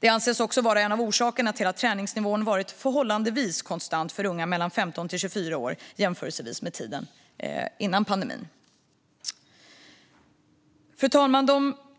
Det anses också vara en av orsakerna till att träningsnivån har varit förhållandevis konstant för unga mellan 15 och 24 år jämfört med tiden före pandemin. Fru talman!